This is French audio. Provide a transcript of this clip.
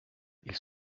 ils